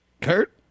Kurt